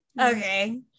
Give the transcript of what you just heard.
Okay